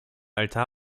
altar